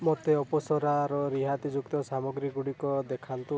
ମୋତେ ଅପସରାର ରିହାତିଯୁକ୍ତ ସାମଗ୍ରୀ ଗୁଡ଼ିକ ଦେଖାନ୍ତୁ